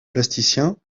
plasticiens